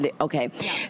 okay